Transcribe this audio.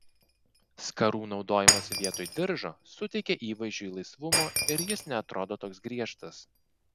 skarų naudojimas vietoj diržo suteikia įvaizdžiui laisvumo ir jis neatrodo toks griežtas